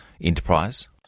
enterprise